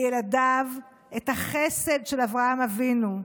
לילדיו את החסד של אברהם אבינו.